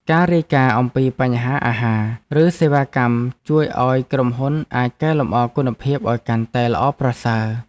ការរាយការណ៍អំពីបញ្ហាអាហារ ឬសេវាកម្មជួយឱ្យក្រុមហ៊ុនអាចកែលម្អគុណភាពឱ្យកាន់តែល្អប្រសើរ។